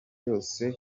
yose